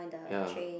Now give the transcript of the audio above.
ya